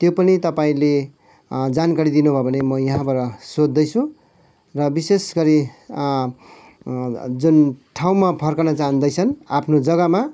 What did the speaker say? त्यो पनि तपाईँले जानकारी दिनुभयो भने म यहाँबाट सोद्धै छु र विशेष गरी जुन ठाउँमा फर्कन जाँदैछन् आफ्नो जग्गामा